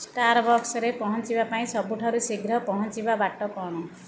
ଷ୍ଟାରବକ୍ସରେ ପହଞ୍ଚିବା ପାଇଁ ସବୁଠାରୁ ଶୀଘ୍ର ପହଞ୍ଚିବା ବାଟ କ'ଣ